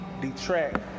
detract